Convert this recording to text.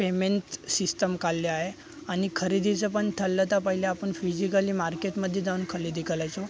payment system कालले आहे आणि खरेदीचं पण ठरलं तर पहिले आपण फिजिकली मार्केटमध्ये जाऊन खरेदी करायचो